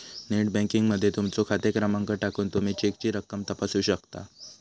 net banking मध्ये तुमचो खाते क्रमांक टाकून तुमी चेकची रक्कम तपासू शकता